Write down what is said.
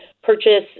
Purchase